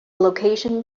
location